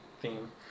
theme